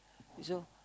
so